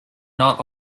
not